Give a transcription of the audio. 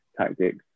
tactics